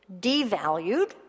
devalued